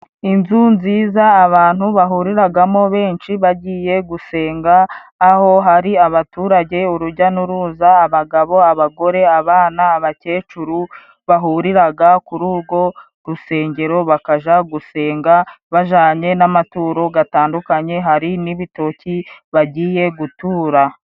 Inzu nziza, abantu bahuriragamo benshi bagiye gusenga, aho hari abaturage, urujya n’uruza, abagabo, abagore, abana, abakecuru, bahuriraga kuri ugo rusengero bakaja gusenga bajanye n’amaturo atandukanye. Hari n’ibitoki bagiye gutura.